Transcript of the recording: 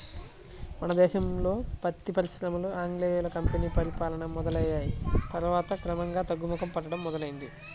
మన దేశంలో పత్తి పరిశ్రమ ఆంగ్లేయుల కంపెనీ పరిపాలన మొదలయ్యిన తర్వాత క్రమంగా తగ్గుముఖం పట్టడం మొదలైంది